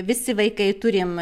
visi vaikai turim